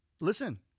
Listen